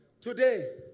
Today